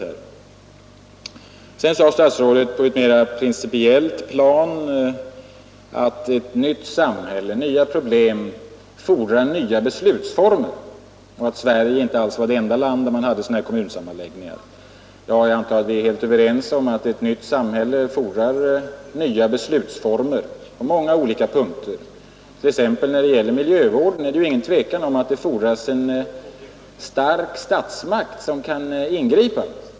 Vidare sade herr statsrådet, på ett mera principiellt plan, att ett nytt samhälle och nya problem fordrar nya beslutsformer och att Sverige inte alls var det enda land där det förekom kommunsammanläggningar av detta slag. Ja, jag antar att vi är överens om att ett nytt samhälle fordrar nya beslutsformer på många olika punkter. När det gäller t.ex. miljövården är det ju inget tvivel om att det fordras en stark statsmakt, som kan ingripa.